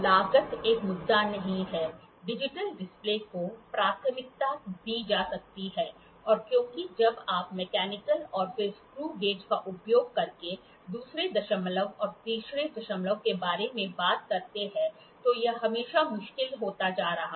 लागत एक मुद्दा नहीं है डिजिटल डिस्प्ले को प्राथमिकता दी जा सकती है क्योंकि जब आप मैकेनिकल और फिर स्क्रू गेज का उपयोग करके दूसरे दशमलव और तीसरे दशमलव के बारे में बात करते हैं तो यह हमेशा मुश्किल होता जा रहा है